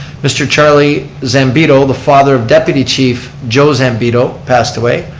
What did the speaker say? mr. charlie zambido, the father of deputy chief joe zambido passed away.